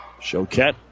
Choquette